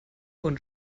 und